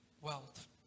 wealth